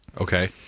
Okay